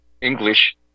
English